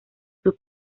sus